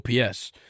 OPS